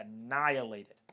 annihilated